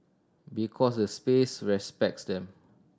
because the space respects them